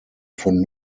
von